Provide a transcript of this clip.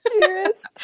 Dearest